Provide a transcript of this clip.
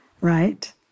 right